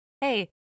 hey